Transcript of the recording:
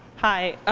hi.